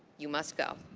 you must go.